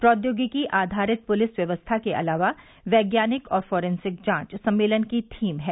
प्रौद्योगिकी आधारित पुलिस व्यवस्था के अलावा वैज्ञानिक और फॉरेसिंक जांच सम्मेलन की थीम है